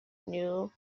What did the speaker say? new